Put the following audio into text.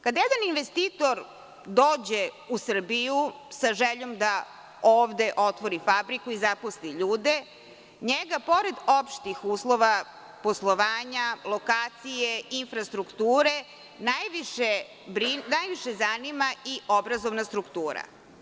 Kada jedan investitor dođe u Srbiju sa željom da ovde otvori fabriku i zaposli ljude, njega pored opštih uslova poslovanja, lokacije i infrastrukture, najviše zanima i obrazovna struktura.